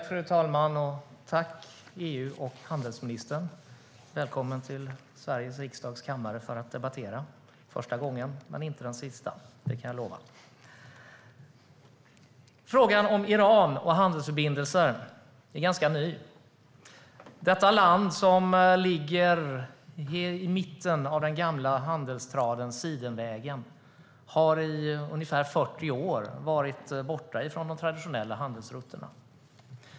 Fru talman! Jag tackar EU och handelsministern. Välkommen till debatt i Sveriges riksdags kammare! Det är första gången, men inte sista. Det kan jag lova. Frågan om handelsförbindelser med Iran är ganska ny. Detta land, som ligger i mitten av den gamla handelsrutten Sidenvägen, har i ungefär 40 år varit borta från de traditionella handelsrutterna.